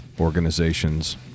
organizations